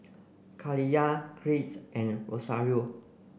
Kaliyah Kirks and Rosario